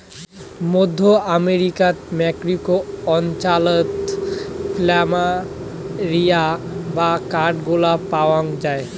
মধ্য আমেরিকার মেক্সিকো অঞ্চলাতে প্ল্যামেরিয়া বা কাঠগোলাপ পায়ং যাই